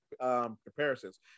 comparisons